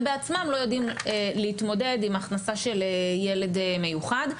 בעצמם לא יודעים להתמודד עם הכנסה של ילד מיוחד.